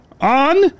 on